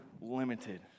limited